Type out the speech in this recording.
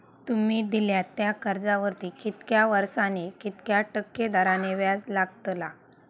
तुमि दिल्यात त्या कर्जावरती कितक्या वर्सानी कितक्या टक्के दराने व्याज लागतला?